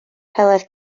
heledd